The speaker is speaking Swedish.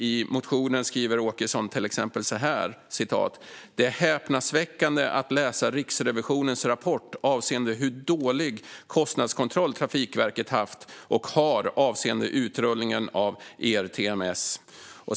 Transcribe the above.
I motionen skriver Åkesson till exempel så här: "Det är häpnadsväckande att läsa Riksrevisionens rapport avseende hur dålig kostnadskontroll Trafikverket haft och har avseende utrullningen av ERTMS."